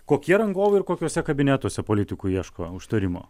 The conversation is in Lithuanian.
kokie rangovai ir kokiuose kabinetuose politikų ieško užtarimo